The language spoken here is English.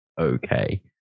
okay